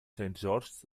george’s